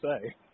say